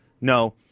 No